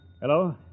Hello